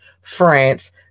France